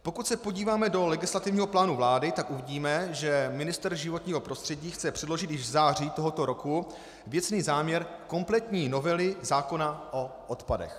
Pokud se podíváme do legislativního plánu vlády, tak uvidíme, že ministr životního prostředí chce předložit již v září tohoto roku věcný záměr kompletní novely zákona o odpadech.